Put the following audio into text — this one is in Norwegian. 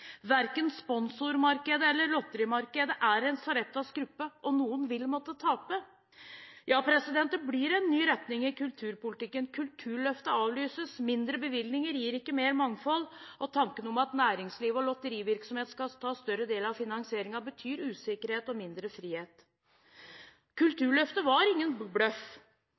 Verken sponsor- eller lotterimarkedet er noen Sareptas krukke, og noen vil måtte tape. Ja, det blir en ny retning i kulturpolitikken: Kulturløftet avlyses, mindre bevilgninger gir ikke mer mangfold, og tanken om at næringsliv og lotterivirksomhet skal ta en større del av finansieringen, betyr usikkerhet og mindre frihet. Kulturløftet var ingen bløff,